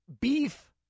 beef